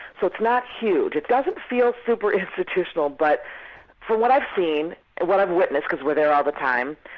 so it's not huge, it doesn't feel super institutional. but from what i've seen and what i've witnessed, because we're there all the time,